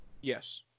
Yes